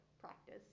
practice